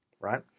right